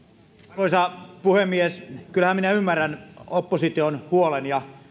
arvoisa puhemies kyllähän minä ymmärrän opposition huolen ja